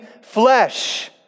flesh